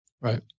right